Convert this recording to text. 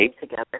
together